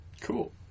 Cool